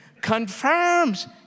confirms